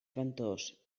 ventós